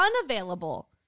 unavailable